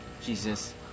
Jesus